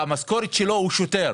המשכורת שלו, הוא שוטר.